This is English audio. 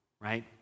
right